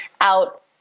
out